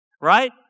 right